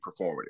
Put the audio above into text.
performative